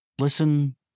Listen